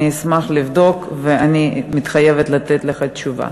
אני אשמח לבדוק ואני מתחייבת לתת לך תשובה.